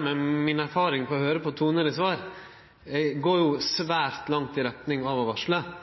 med mi erfaring med å høyre på tonen i svar, meiner eg svaret går svært i retning av